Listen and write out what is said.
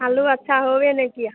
आलू अच्छा होबे नहीं किया